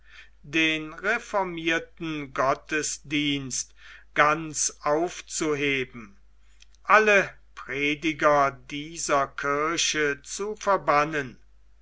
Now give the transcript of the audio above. den reformierten gottesdienst ganz aufzuheben alle prediger dieser kirche zu verbannen